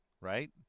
right